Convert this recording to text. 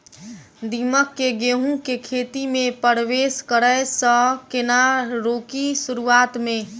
दीमक केँ गेंहूँ केँ खेती मे परवेश करै सँ केना रोकि शुरुआत में?